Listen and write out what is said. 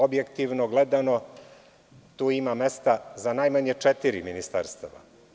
Objektivno gledano, tu ima mesta za najmanje četiri ministarstva.